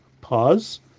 pause